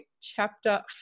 Chapter